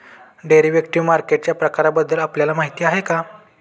Derivative मार्केटच्या प्रकारांबद्दल आपल्याला माहिती आहे का?